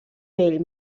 vell